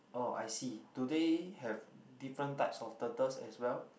oh I see do they have different types of turtle as well